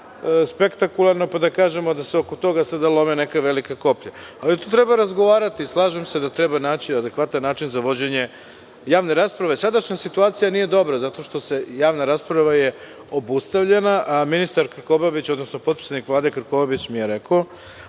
spektakularno pa da kažemo da se oko toga sada lome neka velika koplja. Treba razgovarati. Slažem se da treba naći adekvatan način za vođenje rasprave. Sadašnja situacija nije dobra zato što je javna rasprava obustavljena, a ministar Krkobabić, odnosno potpredsednik Vlade Krkobabić mi je rekao